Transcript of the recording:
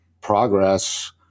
progress